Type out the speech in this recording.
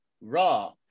Raw